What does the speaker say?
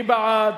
מי בעד?